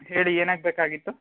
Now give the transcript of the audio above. ಹೇಳಿ ಏನಾಗಬೇಕಾಗಿತ್ತು